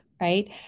right